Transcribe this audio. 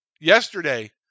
Yesterday